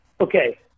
okay